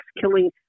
killing